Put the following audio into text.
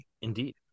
Indeed